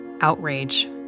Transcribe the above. outrage